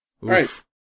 right